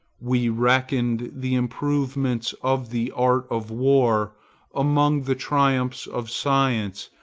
we reckoned the improvements of the art of war among the triumphs of science,